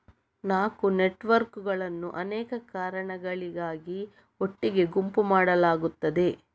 ನಾಲ್ಕು ನೆಟ್ವರ್ಕುಗಳನ್ನು ಅನೇಕ ಕಾರಣಗಳಿಗಾಗಿ ಒಟ್ಟಿಗೆ ಗುಂಪು ಮಾಡಲಾಗುತ್ತದೆ